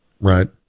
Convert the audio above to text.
right